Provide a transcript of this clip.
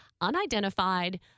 unidentified